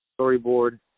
storyboard